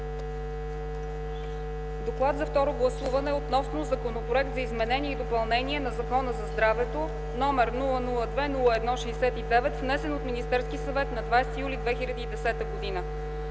„Доклад за второ гласуване относно Законопроект за изменение и допълнение на Закона за здравето № 002-01-69, внесен от Министерски съвет на 20 юли 2010 г.”